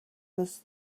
was